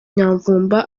nyamvumba